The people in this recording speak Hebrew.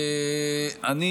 אני